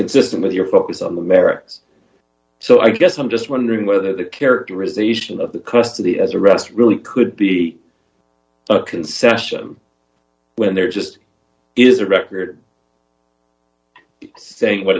consistent with your focus on the merits so i guess i'm just wondering whether the characterization of custody as a rest really could be oaken session when there just is a record saying what